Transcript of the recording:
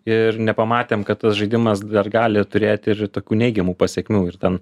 ir nepamatėm kad tas žaidimas dar gali turėti ir tokių neigiamų pasekmių ir ten